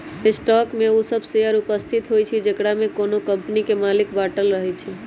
stock में उ सभ शेयर उपस्थित होइ छइ जेकरामे कोनो कम्पनी के मालिक बाटल रहै छइ